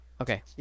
Okay